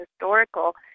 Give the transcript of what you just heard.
historical